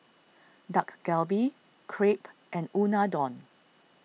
Dak Galbi Crepe and Unadon